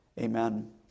Amen